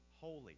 holy